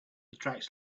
attracts